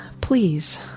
Please